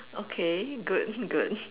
okay good good